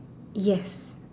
yes